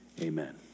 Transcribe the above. amen